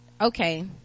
okay